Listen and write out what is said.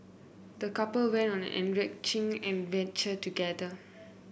the couple went on an enriching adventure together